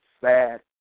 sad